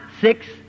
six